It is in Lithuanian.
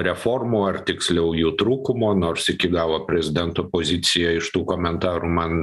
reformų ar tiksliau jų trūkumo nors iki galo prezidento pozicija iš tų komentarų man